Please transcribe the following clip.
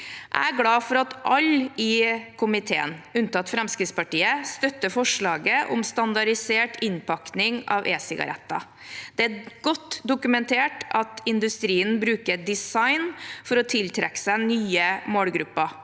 Jeg er glad for at alle i komiteen, unntatt Fremskrittspartiet, støtter forslaget om standardisert innpakning av e-sigaretter. Det er godt dokumentert at industrien bruker design for å tiltrekke seg nye målgrupper.